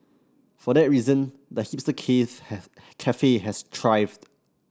for that reason the hipster have cafe has thrived